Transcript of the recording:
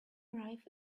arrive